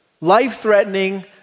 life-threatening